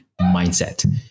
mindset